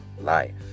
life